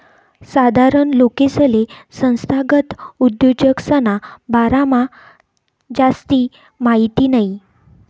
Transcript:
साधारण लोकेसले संस्थागत उद्योजकसना बारामा जास्ती माहिती नयी